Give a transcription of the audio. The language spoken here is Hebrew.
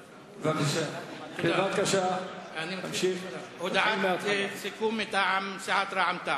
היושב-ראש, הדובר הפסיק את דבריו.